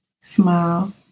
smile